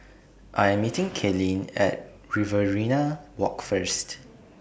I Am meeting Kaylynn At Riverina Walk First